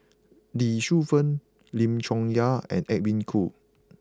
Lee Shu Fen Lim Chong Yah and Edwin Koo